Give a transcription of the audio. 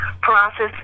process